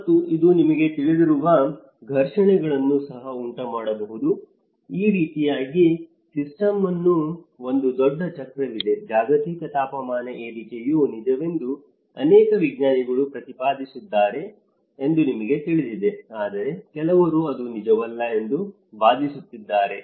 ಮತ್ತು ಇದು ನಿಮಗೆ ತಿಳಿದಿರುವ ಘರ್ಷಣೆಗಳನ್ನು ಸಹ ಉಂಟುಮಾಡಬಹುದು ಈ ರೀತಿಯಾಗಿ ಸಿಸ್ಟಮ್ನ ಒಂದು ದೊಡ್ಡ ಚಕ್ರವಿದೆ ಜಾಗತಿಕ ತಾಪಮಾನ ಏರಿಕೆಯು ನಿಜವೆಂದು ಅನೇಕ ವಿಜ್ಞಾನಿಗಳು ಪ್ರತಿಪಾದಿಸಿದ್ದಾರೆ ಎಂದು ನಿಮಗೆ ತಿಳಿದಿದೆ ಆದರೆ ಕೆಲವರು ಅದು ನಿಜವಲ್ಲ ಎಂದು ವಾದಿಸುತ್ತಿದ್ದಾರೆ